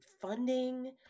funding